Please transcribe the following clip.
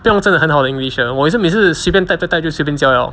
不用真的很好的 english 的也是每次随便 type type type 就随便交了